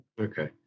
Okay